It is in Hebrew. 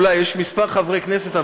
יש אולי כמה חברי כנסת,